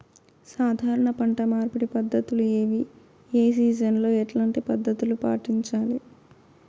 సాధారణ పంట మార్పిడి పద్ధతులు ఏవి? ఏ సీజన్ లో ఎట్లాంటి పద్ధతులు పాటించాలి?